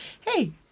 hey –